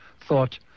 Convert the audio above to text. thought